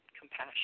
compassion